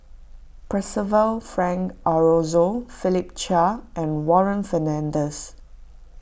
Percival Frank Aroozoo Philip Chia and Warren Fernandez